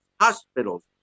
hospitals